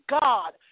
God